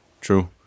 true